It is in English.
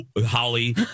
Holly